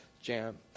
jam